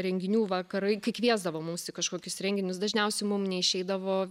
renginių vakarai kai kviesdavo mums į kažkokius renginius dažniausiai mum neišeidavo